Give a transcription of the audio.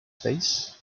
face